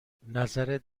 نظرت